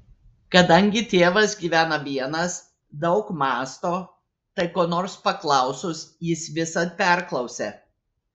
kadangi tėvas gyvena vienas daug mąsto tai ko nors paklausus jis visad perklausia